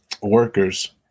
workers